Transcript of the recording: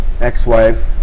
ex-wife